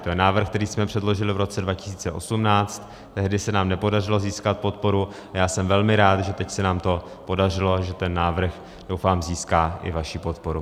To je návrh, který jsme předložili v roce 2018, tehdy se nám nepodařilo získat podporu a já jsem velmi rád, že teď se nám to podařilo, že ten návrh, doufám, získá i vaši podporu.